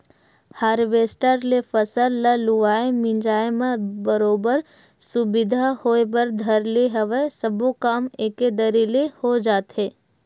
harvester ले फसल ल लुवाए मिंजाय म बरोबर सुबिधा होय बर धर ले हवय सब्बो काम एके दरी ले हो जाथे